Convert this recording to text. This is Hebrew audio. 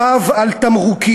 צו על תמרוקים,